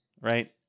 right